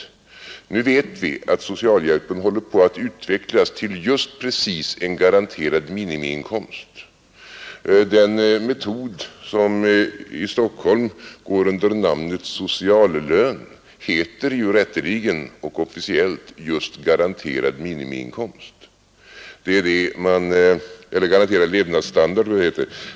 Men nu vet vi att socialhjälpen håller på att utvecklas till just en garanterad minimiinkomst. Vad som i Stockholm går under namnet sociallön heter ju rätteligen och officiellt garanterad minimiinkomst — eller kanske det är garanterad levnadsstandard.